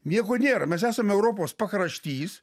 nieko nėra mes esame europos pakraštys